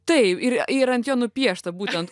taip ir ir ant jo nupiešta būtent